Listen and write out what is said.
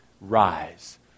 Rise